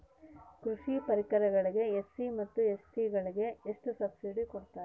ಕೃಷಿ ಪರಿಕರಗಳಿಗೆ ಎಸ್.ಸಿ ಮತ್ತು ಎಸ್.ಟಿ ಗೆ ಎಷ್ಟು ಸಬ್ಸಿಡಿ ಕೊಡುತ್ತಾರ್ರಿ?